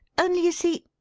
only, you see,